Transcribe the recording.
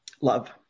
love